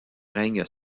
règne